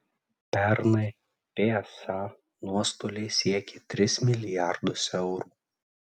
pernai psa nuostoliai siekė tris milijardus eurų